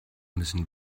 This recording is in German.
müssen